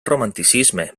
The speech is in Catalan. romanticisme